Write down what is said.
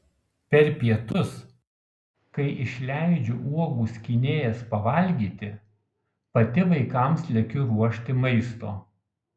per pietus kai išleidžiu uogų skynėjas pavalgyti pati vaikams lekiu ruošti maisto